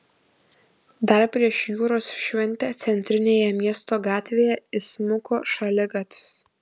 dar prieš jūros šventę centrinėje miesto gatvėje įsmuko šaligatvis